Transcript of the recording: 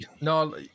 No